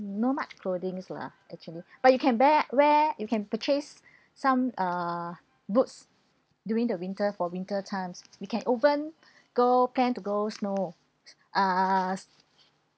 no much clothing lah actually but you can wear wear you can purchase some uh boots during the winter for winter times we can even go can to go snow uh